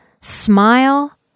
smile